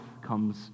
comes